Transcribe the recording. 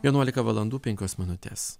vienuolika valandų penkios minutės